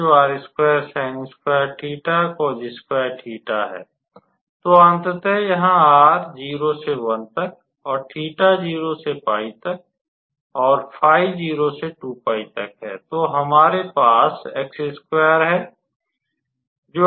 तो अंततः यहाँ r 0 से 1 तक और 𝜃 0 से 𝜋 तक और 𝜑 0 से 2𝜋 तक है तो हमारे पास है जो है